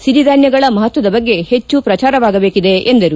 ಸಿರಿಧಾನ್ಯಗಳ ಮಹತ್ವದ ಬಗ್ಗೆ ಹೆಚ್ಚು ಪ್ರಚಾರವಾಗಬೇಕಿದೆ ಎಂದರು